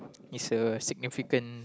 it's a significant